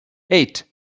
eight